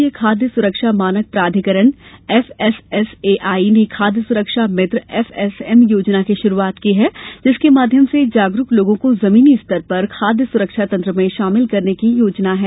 भारतीय खाद्य सुरक्षा मानक प्राधिकरण एफएसएसएआई ने खाद्य सुरक्षा मित्र एफएसएम योजना की शुरुआत की है जिसके माध्यम से जागरूक लोगों को जमीनी स्तर पर खाद्य सुरक्षा तंत्र में शामिल करने की योजना है